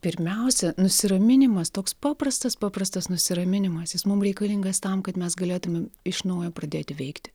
pirmiausia nusiraminimas toks paprastas paprastas nusiraminimas jis mum reikalingas tam kad mes galėtumėm iš naujo pradėti veikti